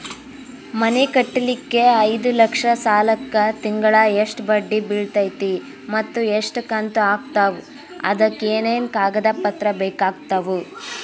ಮನಿ ಕಟ್ಟಲಿಕ್ಕೆ ಐದ ಲಕ್ಷ ಸಾಲಕ್ಕ ತಿಂಗಳಾ ಎಷ್ಟ ಬಡ್ಡಿ ಬಿಳ್ತೈತಿ ಮತ್ತ ಎಷ್ಟ ಕಂತು ಆಗ್ತಾವ್ ಅದಕ ಏನೇನು ಕಾಗದ ಪತ್ರ ಬೇಕಾಗ್ತವು?